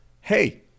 hey